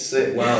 Wow